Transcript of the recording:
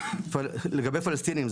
לגבי פלסטינים,